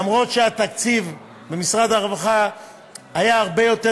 אף שהתקציב במשרד הרווחה היה הרבה יותר